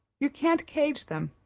you can't cage them,